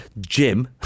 Jim